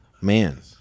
man